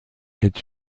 est